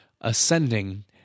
ascending